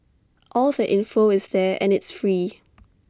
all the info is there and it's free